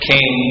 King